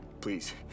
please